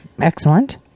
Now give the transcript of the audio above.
excellent